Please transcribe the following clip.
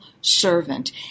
servant